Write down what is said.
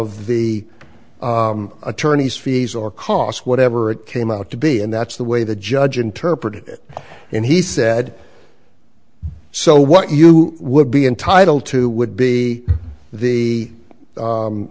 of the attorneys fees or costs whatever it came out to be and that's the way the judge interpreted it and he said so what you would be entitled to would be the